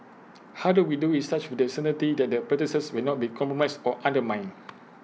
how do we do IT such with the certainty that the practices will not be compromised or undermined